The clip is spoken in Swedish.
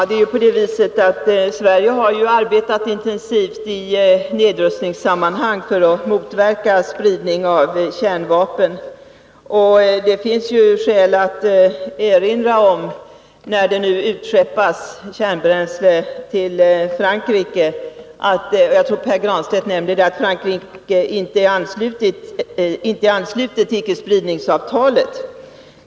Herr talman! Sverige har arbetat intensivt i nedrustningssammanhang för att motverka spridning av kärnvapen. När det nu utskeppas kärnbränsle till Frankrike finns det skäl att erinra om — vilket jag tror att Pär Granstedt gjorde — att Frankrike inte är anslutet till icke-spridningsavtalet.